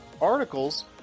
articles